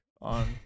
on